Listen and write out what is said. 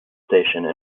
station